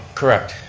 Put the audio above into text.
correct,